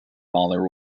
father